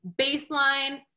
baseline